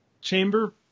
Chamber